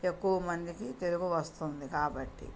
ఎక్కువ మందికి తెలుగు వస్తుంది కాబట్టి